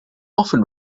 often